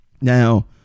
Now